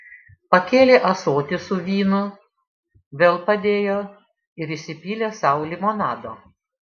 pakėlė ąsotį su vynu vėl padėjo ir įsipylė sau limonado